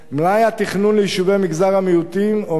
מלאי התכנון ליישובי מגזר המיעוטים עומד